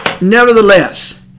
nevertheless